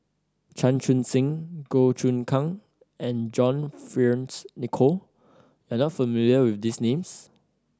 Chan Chun Sing Goh Choon Kang and John Fearns Nicoll are you not familiar with these names